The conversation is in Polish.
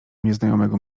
nieznajomego